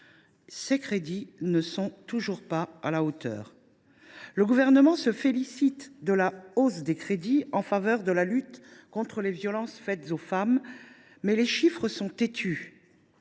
leur montant n’est toujours pas à la hauteur. Le Gouvernement se félicite de la hausse des crédits en faveur de lutte contre les violences faites aux femmes, mais les chiffres sont têtus.